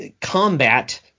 combat